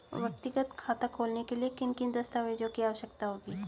व्यक्तिगत खाता खोलने के लिए किन किन दस्तावेज़ों की आवश्यकता होगी?